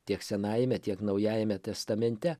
tiek senajame tiek naujajame testamente